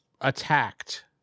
attacked